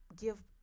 give